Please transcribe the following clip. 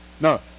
No